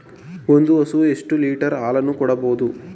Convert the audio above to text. ಒಂದು ಹಸು ಎಷ್ಟು ಲೀಟರ್ ಹಾಲನ್ನು ಕೊಡಬಹುದು?